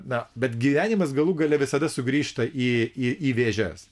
na bet gyvenimas galų gale visada sugrįžta į į vėžes